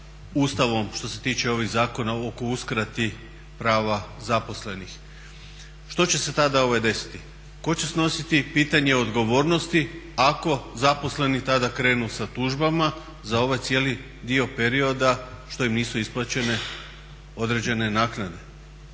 Ustavom što se tiče ovih zakona oko uskrati prava zaposlenih. Što će se tada desiti? Tko će snositi pitanje odgovornosti ako zaposleni tada krenu sa tužbama za ovaj cijeli dio perioda što im nisu isplaćene određene naknade